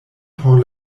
por